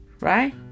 right